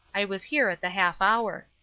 i was here at the half hour.